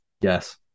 Yes